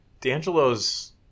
D'Angelo's